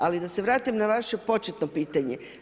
Ali da se vratim na vaše početno pitanje.